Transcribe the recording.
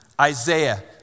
Isaiah